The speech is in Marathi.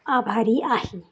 आभारी आहे